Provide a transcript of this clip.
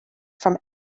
from